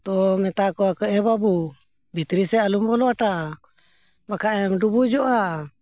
ᱛᱚ ᱢᱮᱛᱟ ᱠᱚᱣᱟ ᱠᱚ ᱮ ᱵᱟᱹᱵᱩ ᱵᱷᱤᱛᱨᱤ ᱥᱮᱫ ᱟᱞᱚᱢ ᱵᱚᱞᱚᱜᱼᱟ ᱵᱮᱴᱟ ᱵᱟᱠᱷᱟᱡᱼᱮᱢ ᱰᱩᱵᱩᱡᱚᱜᱼᱟ